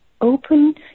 open